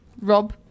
Rob